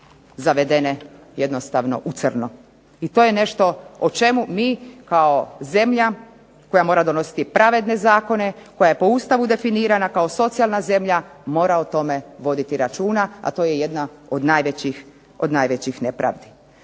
zavedene jednostavno u crno. I to je nešto o čemu mi kao zemlja koja mora donositi pravedne zakone, koja je po Ustavu definirana kao socijalna zemlja, mora o tome voditi računa, a to jedna od najvećih nepravdi.